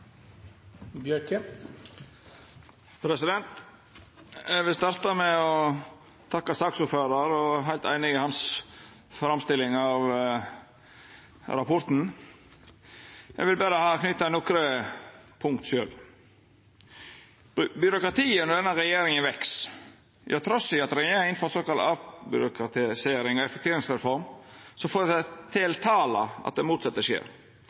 Eg vil starta med å takka saksordføraren. Eg er heilt einig i framstillinga hans av rapporten, eg vil berre leggja til nokre punkt sjølv. Byråkratiet veks med denne regjeringa. Trass i at regjeringa har innført ei såkalla avbyråkratiserings- og effektiviseringsreform, fortel tala at det motsette skjer.